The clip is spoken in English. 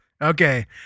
Okay